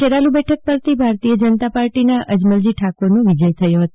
ખેરાલુ બેઠક પર ભારતીય જનતા પાર્ટીના અજમલજી ઠાકોરનો વિજય થયો હતો